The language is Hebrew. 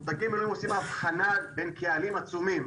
מותגים היום עושים הבחנה בין קהלים עצומים,